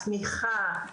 תמיכה,